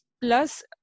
Plus